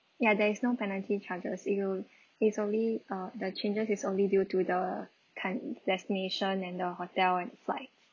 ya there is no penalty charges you will easily ah the changes is only due to the kind destination and the hotel and flight